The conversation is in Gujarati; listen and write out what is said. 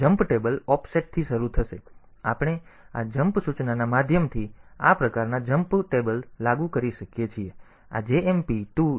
તેથી આપણે આ જમ્પ સૂચનાના માધ્યમથી તમને આ પ્રકારના જમ્પ કોષ્ટકો લાગુ કરી શકીએ છીએ